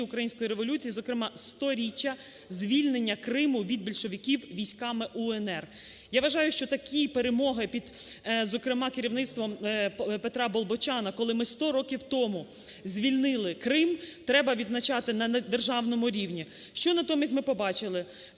Української революції, зокрема, 100-річчя звільнення Криму від більшовиків військами УНР. Я вважаю, що такі перемоги під, зокрема, керівництвом Петра Болбочана, коли ми 100 років тому звільнили Крим, треба відзначати на державному рівні. Що натомість ми побачили?